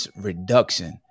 reduction